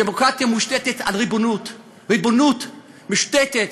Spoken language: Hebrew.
דמוקרטיה מושתתת על ריבונות, ריבונות מושתתת